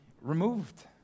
Removed